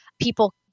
people